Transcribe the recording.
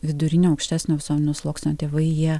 vidurinio aukštesnio visuomenio sluoksnio tėvai jie